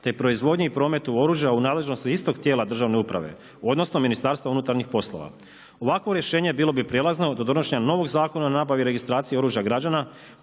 te proizvodnji i prometu oružja u nadležnosti istog tijela državne uprave, odnosno Ministarstvo unutarnjih poslova. Ovakvo rješenje bilo bi prijelazno, do donošenja novog Zakona o nabavi i registraciji oružja građana